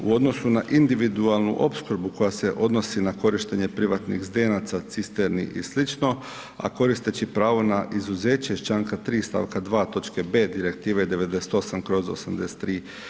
U odnosu na individualnu opskrbu koja se odnosi na korištenje privatnih zdenaca, cisterni i slično, a koristeći pravo na izuzeće iz članka 3. stavka 2. točke b Direktive 98/